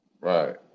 Right